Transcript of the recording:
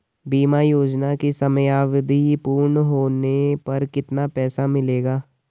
बीमा योजना की समयावधि पूर्ण होने पर कितना पैसा मिलेगा?